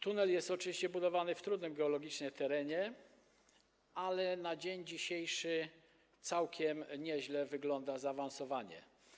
Tunel jest oczywiście budowany w trudnym geologicznie terenie, ale na dzień dzisiejszy całkiem nieźle wygląda jego zaawansowanie.